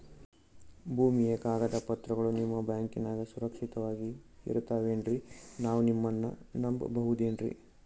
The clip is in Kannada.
ಭೂಮಿಯ ಕಾಗದ ಪತ್ರಗಳು ನಿಮ್ಮ ಬ್ಯಾಂಕನಾಗ ಸುರಕ್ಷಿತವಾಗಿ ಇರತಾವೇನ್ರಿ ನಾವು ನಿಮ್ಮನ್ನ ನಮ್ ಬಬಹುದೇನ್ರಿ?